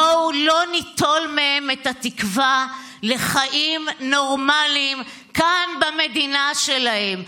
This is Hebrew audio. בואו לא ניטול מהם את התקווה לחיים נורמליים כאן במדינה שלהם.